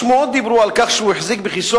השמועות דיברו על כך שהוא החזיק בכיסו